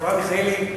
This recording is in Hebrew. לאברהם מיכאלי,